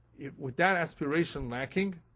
with that aspiration lacking,